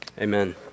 Amen